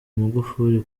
magufuli